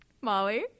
Molly